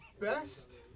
best